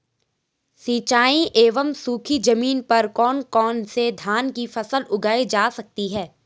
सिंचाई एवं सूखी जमीन पर कौन कौन से धान की फसल उगाई जा सकती है?